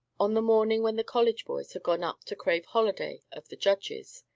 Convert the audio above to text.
on the morning when the college boys had gone up to crave holiday of the judges,